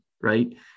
right